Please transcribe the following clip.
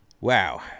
wow